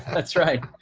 that's right.